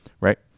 right